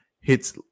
hits